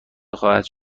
خواهد